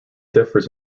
differs